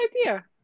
idea